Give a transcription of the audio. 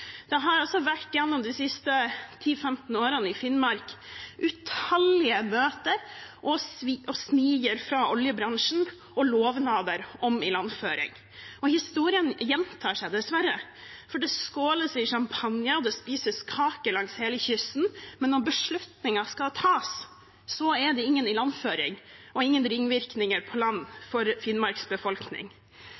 har det gjennom de siste ti–femten årene vært utallige møter, smiger fra oljebransjen og lovnader om ilandføring. Historien gjentar seg dessverre, for det skåles i sjampanje, og det spises kake langs hele kysten, men når beslutningen skal tas, er det ingen ilandføring og ingen ringvirkninger på land